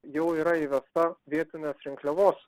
jau yra įvesta vietinės rinkliavos